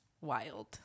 wild